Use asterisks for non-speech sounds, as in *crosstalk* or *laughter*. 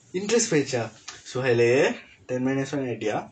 interest போகிவிட்டதா:pokivitdathaa *noise* suhail ten minus one ஆகிட்டியா:aakitdiyaa